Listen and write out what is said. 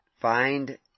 find